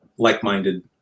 like-minded